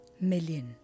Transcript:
million